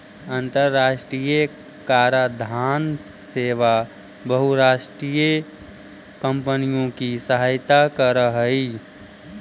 अन्तराष्ट्रिय कराधान सेवा बहुराष्ट्रीय कॉम्पनियों की सहायता करअ हई